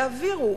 יעבירו,